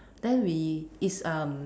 then we is um